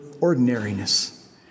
ordinariness